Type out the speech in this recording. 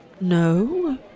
No